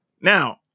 Now